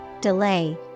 delay